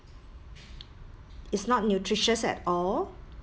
it's not nutritious at all